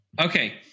Okay